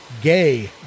gay